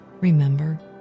remember